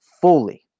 fully